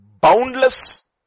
boundless